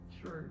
True